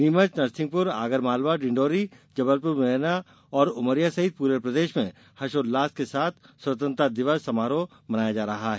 नीमच नरसिंहपुर आगरमालवा डिंडौरी जबलपुरमुरैना उमरिया सहित पूरे प्रदेश में हर्षोल्लास के साथ स्वतंत्रता दिवस मनाया जा रहा है